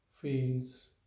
feels